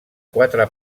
quatre